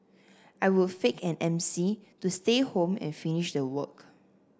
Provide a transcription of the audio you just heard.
I would fake an M C to stay home and finish the work